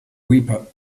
reaper